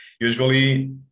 usually